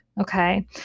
Okay